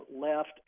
left